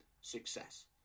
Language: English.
success